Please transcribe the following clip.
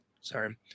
Sorry